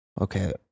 Okay